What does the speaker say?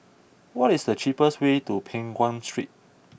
what is the cheapest way to Peng Nguan Street